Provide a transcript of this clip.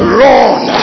run